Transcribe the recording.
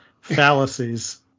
Fallacies